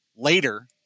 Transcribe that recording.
later